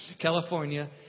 California